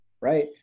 right